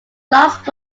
last